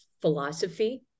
philosophy